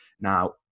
Now